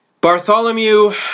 Bartholomew